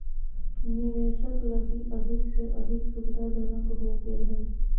निवेशक लगी अधिक से अधिक सुविधाजनक हो गेल हइ